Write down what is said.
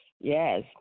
Yes